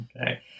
Okay